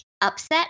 upset